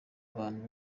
abantu